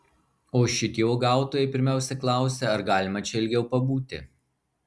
o šitie uogautojai pirmiausia klausia ar galima čia ilgiau pabūti